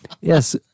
Yes